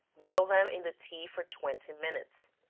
boil them in the tea for twenty minutes,